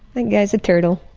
and guess a turtle.